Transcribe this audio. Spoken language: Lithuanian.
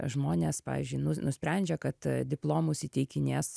žmonės pavyzdžiui nu nusprendžia kad diplomus įteikinės